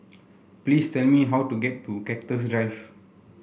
please tell me how to get to Cactus Drive